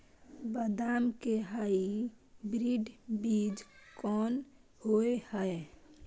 बदाम के हाइब्रिड बीज कोन होय है?